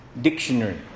dictionary